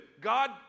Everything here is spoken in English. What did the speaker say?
God